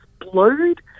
explode